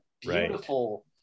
beautiful